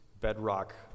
bedrock